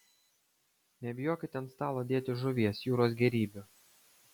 nebijokite ant stalo dėti žuvies jūros gėrybių